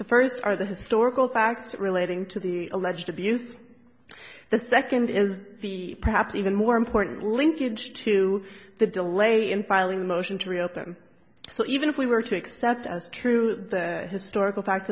the first are the historical facts relating to the alleged abuse the second is the perhaps even more important linkage to the delay in filing a motion to reopen so even if we were to accept as truth the historical facts